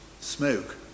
smoke